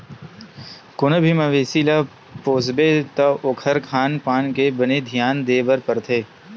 कोनो भी मवेसी ल पोसबे त ओखर खान पान के बने धियान देबर परथे